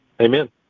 Amen